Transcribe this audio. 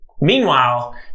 meanwhile